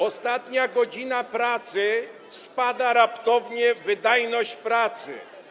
Ostatnia godzina pracy - spada raptownie wydajność pracy.